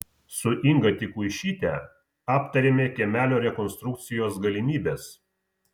su inga tikuišyte aptarėme kiemelio rekonstrukcijos galimybes